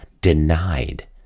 denied